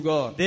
God